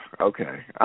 okay